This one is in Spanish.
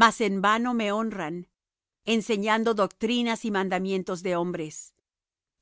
mas en vano me honran enseñando doctrinas y mandamientos de hombres